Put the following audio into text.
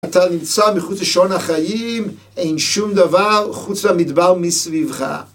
אתה נמצא מחוץ לשעון החיים, אין שום דבר חוץ למדבר מסביבך.